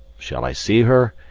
shall i see her?